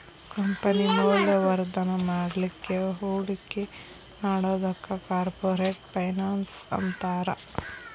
company ಮೌಲ್ಯವರ್ಧನ ಮಾಡ್ಲಿಕ್ಕೆ ಹೂಡಿಕಿ ಮಾಡೊದಕ್ಕ ಕಾರ್ಪೊರೆಟ್ ಫೈನಾನ್ಸ್ ಅಂತಾರ